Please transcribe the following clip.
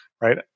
right